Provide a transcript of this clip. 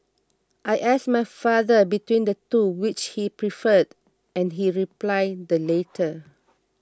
I asked my father between the two which he preferred and he replied the latter